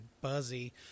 buzzy